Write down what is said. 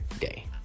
day